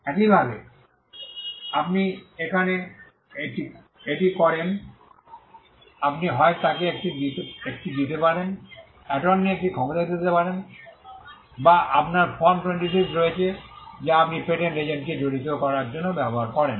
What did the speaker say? একইভাবে আপনি এখানে এটি করেন আপনি হয় তাকে একটি দিতে পারেন অ্যাটর্নি একটি ক্ষমতা দিতে পারেন বা আপনার ফর্ম 26 রয়েছে যা আপনি পেটেন্ট এজেন্টকে জড়িত করার জন্য ব্যবহার করেন